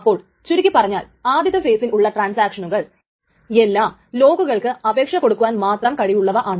അപ്പോൾ ചുരുക്കി പറഞ്ഞാൽ ആദ്യത്തെ ഫെയിസിൽ ഉള്ള ട്രാൻസാക്ഷനുകൾ എല്ലാം ലോക്കുകൾക്ക് അപേക്ഷ കൊടുക്കുവാൻ മാത്രം കഴിവുള്ളവയാണ്